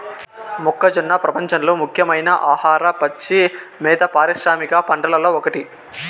మొక్కజొన్న ప్రపంచంలోని ముఖ్యమైన ఆహార, పచ్చి మేత పారిశ్రామిక పంటలలో ఒకటి